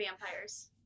vampires